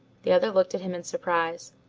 the other looked at him in surprise.